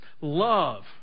love